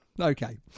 Okay